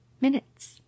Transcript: minutes